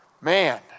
Man